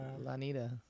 Lanita